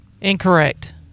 Incorrect